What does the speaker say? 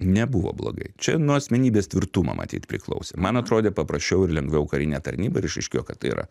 nebuvo blogai čia nuo asmenybės tvirtumo matyt priklausė man atrodė paprasčiau ir lengviau karinė tarnyba ir išaiškėjo kad tai yra